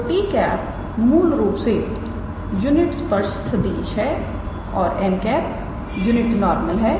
तो 𝑡̂ मूल रूप से यूनिट स्पर्श सदिश है और 𝑛̂ यूनिट नॉर्मल है